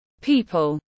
People